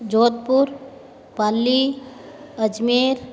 Jodhpur Palli Ajmer